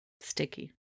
Sticky